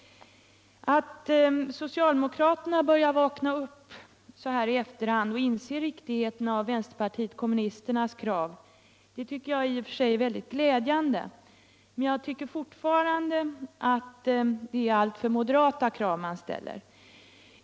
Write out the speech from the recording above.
— Nr 20 Atl socialdemokraterna börjar vakna upp så här i eflcrhzfnd F)ch inser Fredagen den riktigheten i vänsterpartiet kommunisternas krav tycker jag i och för 29 oktober 1976 sig är mycket glädjande. Men jag tycker fortfarande att det är alltför - moderata krav man framför.